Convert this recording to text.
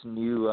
new